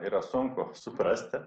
yra sunku suprasti